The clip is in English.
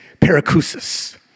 paracousis